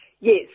Yes